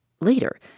Later